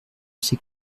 ces